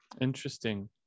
interesting